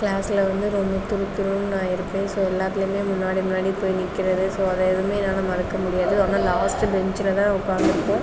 கிளாஸில் வந்து ரொம்ப துருதுருனு நான் இருப்பேன் ஸோ எல்லாத்துலேயுமே முன்னாடி முன்னாடி போய் நிற்கிறது ஸோ அது எதுவுமே என்னால் மறக்க முடியாது ஆனால் லாஸ்ட் பெஞ்சில் தான் உட்காந்துருப்போம்